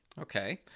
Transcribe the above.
Okay